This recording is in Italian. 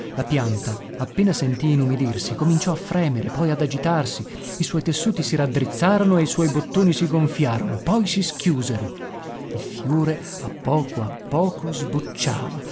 la pianta appena sentì inumidirsi cominciò a fremere poi ad agitarsi i suoi tessuti si raddrizzarono e i suoi bottoni si gonfiarono poi si schiusero il fiore a poco a poco sbocciava